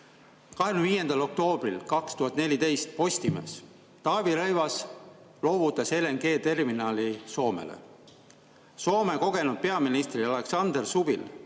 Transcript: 25. oktoobril 2014, Postimees: "Taavi Rõivas loovutas LNG terminali Soomele". "Soome kogenud peaministril Alexander Stubbil